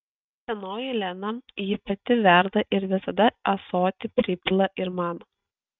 senoji lena jį pati verda ir visada ąsotį pripila ir man